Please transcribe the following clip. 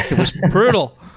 it was brutal.